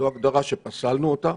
זו הגדרה שפסלנו אותה,